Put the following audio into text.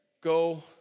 go